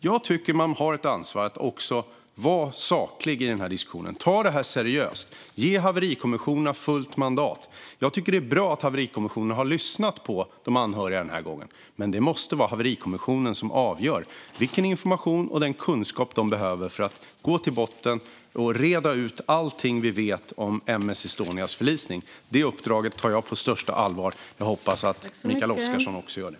Jag tycker att man har ett ansvar att vara saklig i den här diskussionen, ta detta seriöst och ge haverikommissionen fullt mandat. Jag tycker att det är bra att haverikommissionen har lyssnat på de anhöriga den här gången, men det måste vara haverikommissionen som avgör vilken information och kunskap de behöver för att gå till botten med detta och reda ut allting vi vet om M/S Estonias förlisning. Det uppdraget tar jag på största allvar. Jag hoppas att Mikael Oscarsson också gör det.